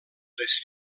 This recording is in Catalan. les